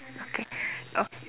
okay uh thank you